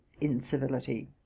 incivility